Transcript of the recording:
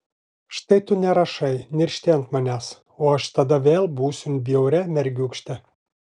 štai tu nerašai niršti ant manęs o aš tada vėl būsiu bjauria mergiūkšte